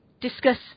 discuss